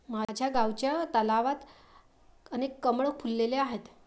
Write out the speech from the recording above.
माझ्या गावच्या तलावात अनेक कमळ फुलले आहेत